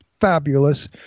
fabulous